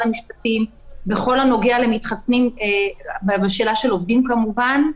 המשפטים בכל הנוגע למתחסנים בשאלה של עובדים כמובן.